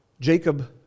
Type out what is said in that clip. Jacob